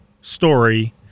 story